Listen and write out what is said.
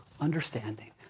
understanding